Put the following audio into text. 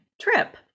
trip